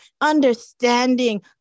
understanding